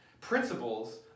principles